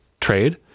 trade